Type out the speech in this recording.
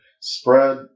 spread